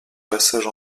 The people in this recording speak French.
passages